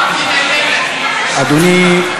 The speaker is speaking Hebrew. אין לכנסת אמון בממשלה שלך, אדוני ראש הממשלה.